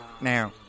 Now